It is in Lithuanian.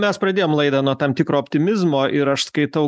mes pradėjom laidą nuo tam tikro optimizmo ir aš skaitau